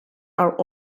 are